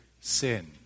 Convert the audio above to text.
sin